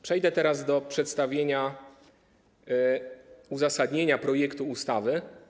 Przejdę teraz do przedstawienia uzasadnienia projektu ustawy.